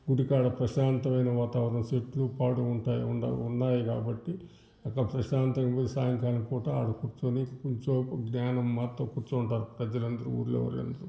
గుడికాడ ప్రశాంతమైన వాతావరణం చెట్లు పాడు ఉంటాయి ఉన్నాయి కాబట్టి అక్కడ ప్రశాంతంగా పోయి సాయంత్రం పూట ఆడ కూర్చొని కొంసేపు జ్ఞానం మాతో కూర్చొంటారు ప్రజలందరు ఊళ్ళో వాళ్ళు అందరు కూడా